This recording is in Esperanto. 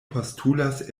postulas